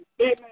Amen